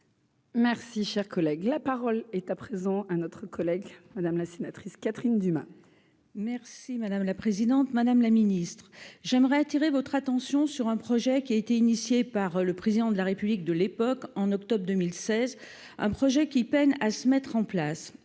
Merci, cher collègue, la parole est à présent hein, notre collègue, Madame la sénatrice Catherine Dumas. Merci madame la présidente, madame la ministre, j'aimerais attirer votre attention sur un projet qui a été initié par le président de la République de l'époque, en octobre 2016, un projet qui peine à se mettre en place,